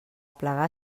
aplegar